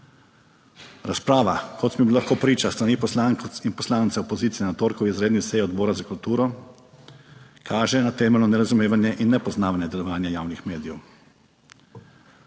Razprava, kot smo bili lahko priča s strani poslank in poslancev opozicije na torkovi izredni seji Odbora za kulturo, kaže na temeljno nerazumevanje in nepoznavanje delovanja javnih medijev.